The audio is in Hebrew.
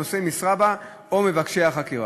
נושאי משרה בה או מבקשי החקירה.